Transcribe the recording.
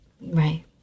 Right